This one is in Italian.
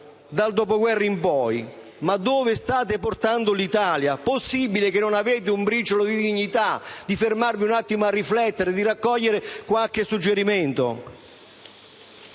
dal Dopoguerra in poi: dove state portando l'Italia? Possibile che non avete un briciolo di dignità per fermarvi un attimo a riflettere e raccogliere qualche suggerimento?